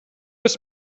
ist